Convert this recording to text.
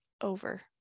over